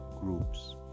groups